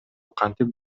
кантип